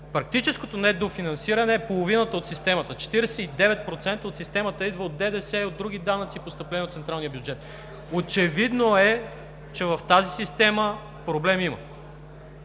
Практическото недофинансиране е половината от системата, 49% от системата идва от ДДС, от други данъци и постъпления от централния бюджет. Очевидно е, че в тази система проблем има.